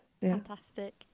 fantastic